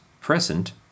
Present